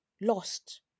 lost